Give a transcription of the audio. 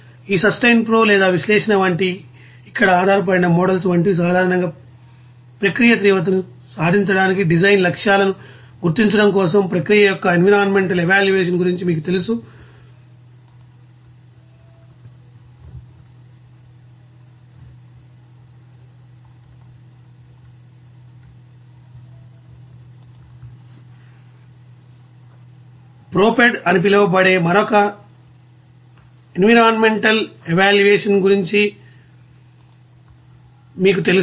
ఈ SustainPro లేదా విశ్లేషణ వంటి ఇక్కడ ఆధారపడిన మోడల్ వంటివి సాధారణంగా ప్రక్రియ తీవ్రతను సాధించడానికి డిజైన్ లక్ష్యాలను గుర్తించడం కోసం ప్రక్రియ యొక్క ఎన్విరాన్మెంటల్ ఎవాల్యూయేషన్ గురించి మీకు తెలుసు